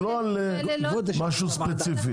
לא על משהו ספציפי.